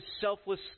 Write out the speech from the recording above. selfless